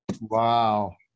wow